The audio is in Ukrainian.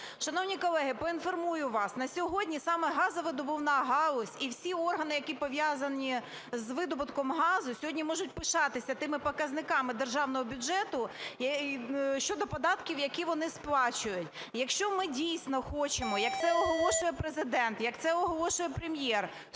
Шановні колеги, поінформую вас. На сьогодні саме газовидобувна галузь і всі органи, які пов'язані з видобутком газу, сьогодні можуть пишатися тими показниками державного бюджету щодо податків, які вони сплачують. І якщо ми дійсно хочемо, як це оголошує Президент, як це оголошує Прем'єр,